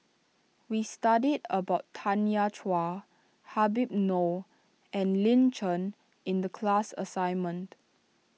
we studied about Tanya Chua Habib Noh and Lin Chen in the class assignment